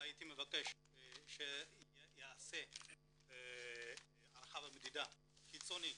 הייתי מבקש שתיעשה הערכה ומדידה חיצונית